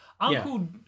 Uncle